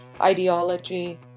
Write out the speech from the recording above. ideology